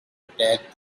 attack